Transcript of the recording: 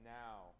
now